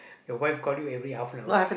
your wife call you every half an hour ah